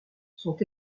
sont